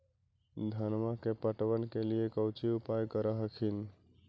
धनमा के पटबन के लिये कौची उपाय कर हखिन?